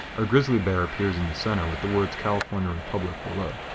a grizzly bear appears in the center with the words california republic below.